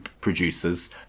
producers